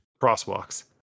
Crosswalks